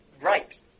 right